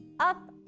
up,